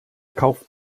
kauft